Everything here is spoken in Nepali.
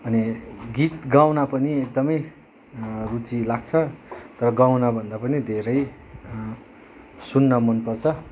अनि गीत गाउन पनि एकदमै रुचि लाग्छ तर गाउनभन्दा पनि धेरै सुन्न मनपर्छ